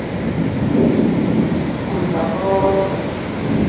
ᱚᱱᱠᱟ ᱫᱚ